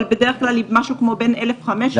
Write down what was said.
אבל בדרך כלל משהו כמו בין 1,500 ל-2,000.